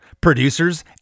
producers